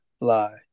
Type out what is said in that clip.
lie